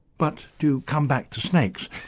but to come back to snakes.